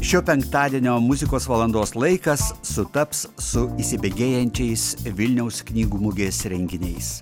šio penktadienio muzikos valandos laikas sutaps su įsibėgėjančiais vilniaus knygų mugės renginiais